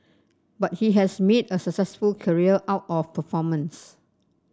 but he has made a successful career out of performance